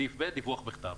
סעיף (ב) דיווח בכתב